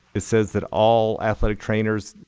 it says that all athletic trainers,